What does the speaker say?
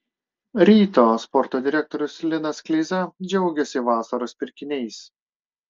ryto sporto direktorius linas kleiza džiaugėsi vasaros pirkiniais